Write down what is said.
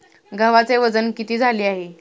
गव्हाचे वजन किती झाले आहे?